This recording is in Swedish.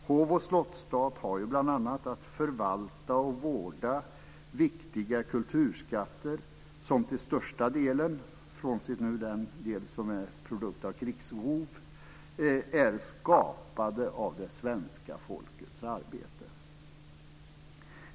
Hov och slottsstat har bl.a. att förvalta och vårda viktiga kulturskatter som till största delen, frånsett den del som är en produkt av krigsrov, är skapade genom det svenska folkets arbete.